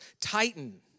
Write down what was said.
Titan